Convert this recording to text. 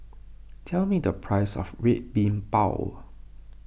tell me the price of Red Bean Bao